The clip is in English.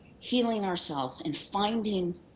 healing ourselves and finding